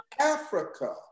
Africa